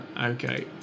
Okay